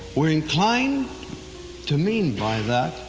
we're inclined to mean by that